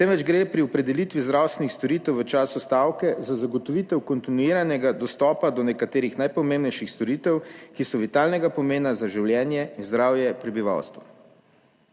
temveč gre pri opredelitvi zdravstvenih storitev v času stavke za zagotovitev kontinuiranega dostopa do nekaterih najpomembnejših storitev, ki so vitalnega pomena za življenje in zdravje prebivalstva.